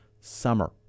summer